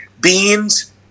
Beans